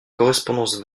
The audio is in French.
correspondance